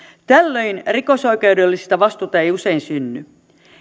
tällöin rikosoikeudellista vastuuta ei usein synny